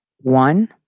One